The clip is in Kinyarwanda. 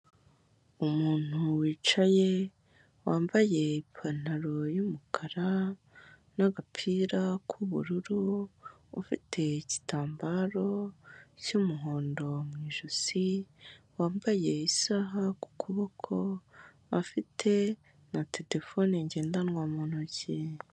Umuntu wicaye, wambaye ipantaro y'umukara n'agapira k'ubururu, ufite igitambaro cy'umuhondo mu ijosi, wambaye isaha ku kuboko, afite na telefone ngendanwa mu ntoki.